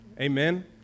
Amen